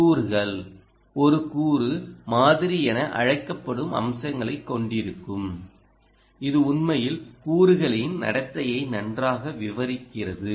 கூறுகள் ஒரு கூறு மாதிரி என அழைக்கப்படும் அம்சங்களைக் கொண்டிருக்கும் இது உண்மையில் கூறுகளின் நடத்தையை நன்றாக விவரிக்கிறது